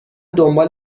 دنبال